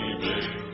baby